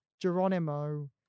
Geronimo